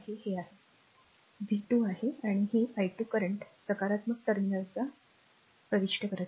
हे r v 2 आहे आणि हे i2 करंट सकारात्मक टर्मिनलचा कायदा प्रविष्ट करत आहे